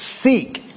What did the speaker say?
seek